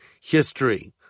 history